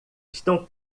estão